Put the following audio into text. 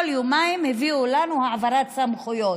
כל יומיים הביאו לנו העברת סמכויות,